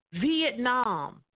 Vietnam